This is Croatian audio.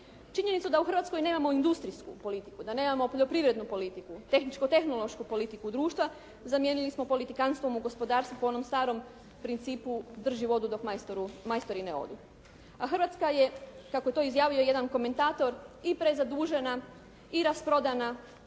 Činjenica da u Hrvatskoj nemamo industrijsku politiku, da nemamo poljoprivrednu politiku, tehničku tehnološku politiku društva zamijenili smo politikantstvom u gospodarstvu po onom starom principu drži vodu dok majstori ne odu, a Hrvatska je kako to izjavljuje jedan komentator, i prezadužena i rasprodana i